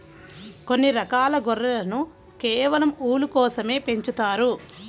కొన్ని రకాల గొర్రెలను కేవలం ఊలు కోసమే పెంచుతారు